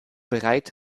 bereit